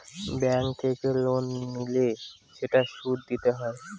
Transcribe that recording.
bank থেকে loan নিলে সেটার সুদ দিতে হয়